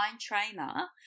trainer